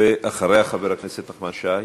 בבקשה, ואחריה, חבר הכנסת נחמן שי.